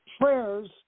prayers